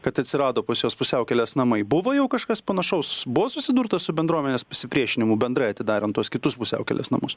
kad atsirado pas juos pusiaukelės namai buvo jau kažkas panašaus buvo susidurta su bendruomenės pasipriešinimu bendrai atidarant tuos kitus pusiaukelės namus